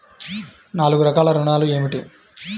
నాలుగు రకాల ఋణాలు ఏమిటీ?